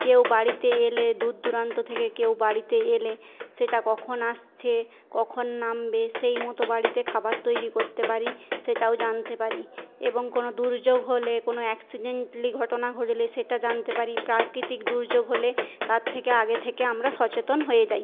কেউ বাড়িতে এলে দূর দূরান্ত থেকে কেউ বাড়িতে এলে সেটা কখন আসছে কখন নামবে সেই মতো বাড়িতে খাবার তৈরি করতে পারি সেটাও জানতে পারি এবং কোনো দুর্যোগ হলে কোনো অ্যাক্সিডেন্টালি ঘটনা ঘটলে সেটা জানতে পারি প্রাকৃতিক দুর্যোগ হলে তার থেকে আগে থেকে আমরা সচেতন হয়ে